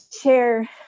share